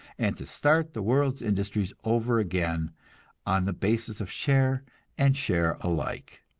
and to start the world's industries over again on the basis of share and share alike.